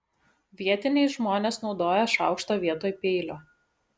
vietiniai žmonės naudoja šaukštą vietoj peilio